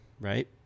Right